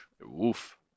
woof